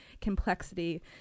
complexity